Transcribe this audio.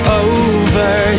over